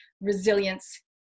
resilience